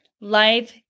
life